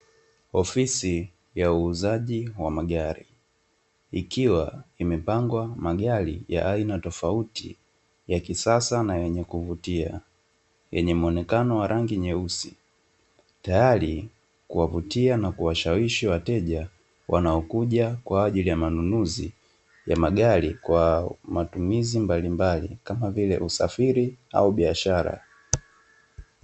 Ofisi ya uuzaji wa magari ikiwa imepangwa magari ya aina tofauti ya kisasa na yenye kuvutia, yenye mwonekano wa rangi nyeusi tayari kuwavutiana kuwashawishi wateja wanaokuja kwa ajili ya manunuzi ya magari kwa matumizi mbalimbali kama vile usafiri au biashara.